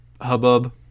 hubbub